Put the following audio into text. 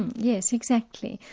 yes, exactly.